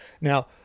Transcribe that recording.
now